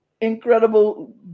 incredible